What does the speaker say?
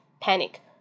panic